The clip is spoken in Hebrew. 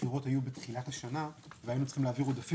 הבחירות היו בתחילת השנה והיינו צריכים להעביר עודפים